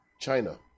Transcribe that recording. China